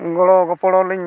ᱜᱚᱲᱚ ᱜᱚᱯᱚᱲᱚ ᱞᱤᱧ